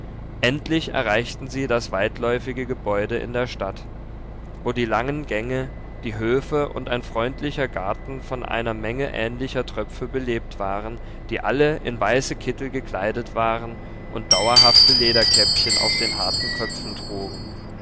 endlich erreichten sie das weitläufige gebäude in der stadt wo die langen gänge die höfe und ein freundlicher garten von einer menge ähnlicher tröpfe belebt waren die alle in weiße kittel gekleidet waren und dauerhafte lederkäppchen auf den harten köpfen trugen